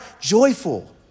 joyful